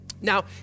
Now